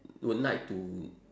would like to